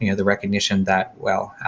you know the recognition that, well,